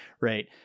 right